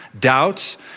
doubts